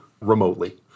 remotely